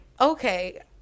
Okay